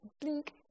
blink